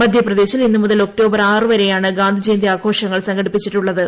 മദ്ധ്യപ്രദേശിൽ ഇന്ന് മുതൽ ഒക്ടോബർ ആറു വരെയാണ് ഗാന്ധിജയന്തി ആഘോഷങ്ങൾ സംഘടിപ്പിച്ചിട്ടുള്ളത്